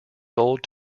sold